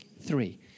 Three